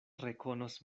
rekonos